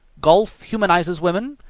golf humanizes women,